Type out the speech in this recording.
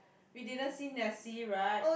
we didn't see nessie right